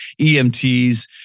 EMTs